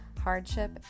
hardship